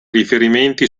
riferimenti